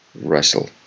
Russell